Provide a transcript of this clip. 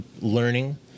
learning